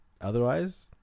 otherwise